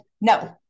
No